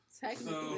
technically